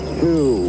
two